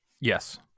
Yes